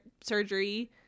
surgery